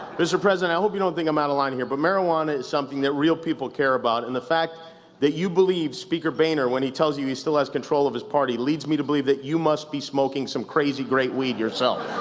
mr. president, i hope you don't think i'm out of line here, but marijuana is something that real people care about. and the fact the you believe speaker boehner when he tells you he still has control of his party, leads me to believe that you must be smoking some crazy-great weed yourself.